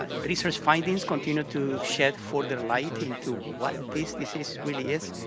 ah research findings continue to shed further light into what this disease really is,